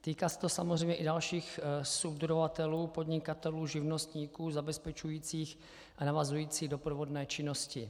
Týká se to samozřejmě i dalších subdodavatelů, podnikatelů, živnostníků zabezpečujících a navazující doprovodné činnosti.